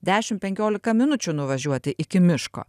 dešim penkiolika minučių nuvažiuoti iki miško